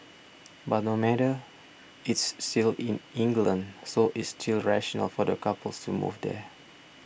but no matter it's still in England so it's still rational for the couples to move there